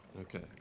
Okay